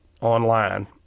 online